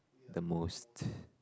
the most